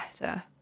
better